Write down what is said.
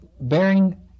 bearing